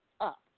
up